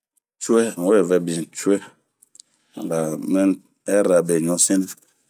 Cue, n'we ŋɛbin cue ,nga hɛrira beɲu sinre.